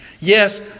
Yes